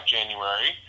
January